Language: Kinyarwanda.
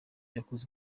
yakoze